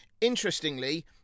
Interestingly